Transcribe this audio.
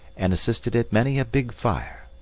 and assisted at many a big fire.